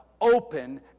open